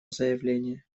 заявление